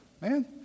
Man